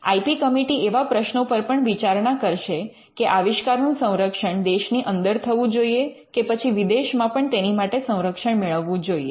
I P committee એવા પ્રશ્નો પર પણ વિચારણા કરશે કે આવિષ્કારનું સંરક્ષણ દેશની અંદર થવું જોઈએ કે પછી વિદેશમાં પણ તેની માટે સંરક્ષણ મેળવવું જોઈએ